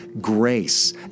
grace